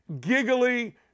giggly